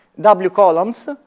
w-columns